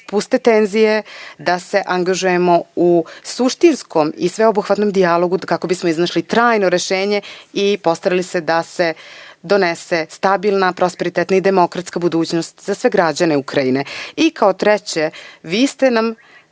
da se spuste tenzije, da se angažujemo u suštinskom i sveobuhvatnom dijalogu, kako bismo iznašli trajno rešenje i postarali se da se donese stabilna, prosperitetna i demokratska budućnost za sve građane u Ukrajini. Kao treće, vi ste nam